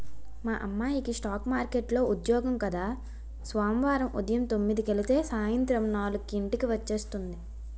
మా అమ్మాయికి స్ఠాక్ మార్కెట్లో ఉద్యోగం కద సోమవారం ఉదయం తొమ్మిదికెలితే సాయంత్రం నాలుక్కి ఇంటికి వచ్చేస్తుంది